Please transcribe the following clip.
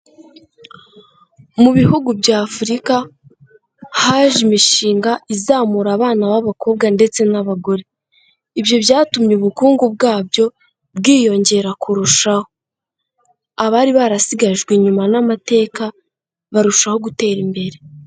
Mu bihugu bya Afurika haje imishinga izamura abana b'abakobwa ndetse n'abagore, ibyo byatumye ubukungu bwabyo bwiyongera kurushaho, abari barasigajwe inyuma n'amateka barushaho gutera imbere.